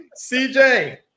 CJ